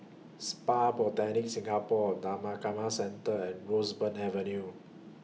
Spa Botanica Singapore Dhammakaya Centre and Roseburn Avenue